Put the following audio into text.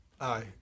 Aye